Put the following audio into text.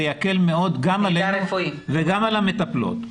זה יקל מאוד גם עלינו וגם על המטפלות.